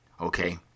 okay